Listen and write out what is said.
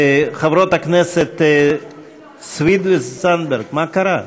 חברות הכנסת סויד וזנדברג, מה קרה?